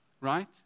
right